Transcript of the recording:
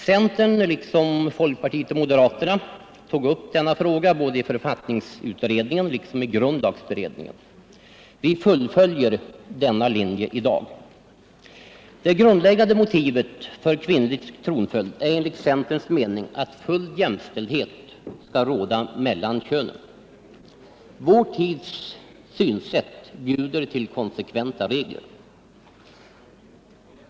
Centern — liksom folkpartiet och moderaterna = tog upp denna fråga både i författningsutredningen och i grundlagbe redningen. Vi fullföljer denna linje i dag. Det grundläggande motivet för kvinnlig tronföljd är, enligt centerns mening, att full jämställdhet skall råda mellan könen. Vår tids synsätt inbjuder här till konsekventa regler.